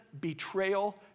betrayal